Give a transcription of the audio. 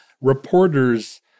reporters